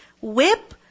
Whip